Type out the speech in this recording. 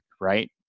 right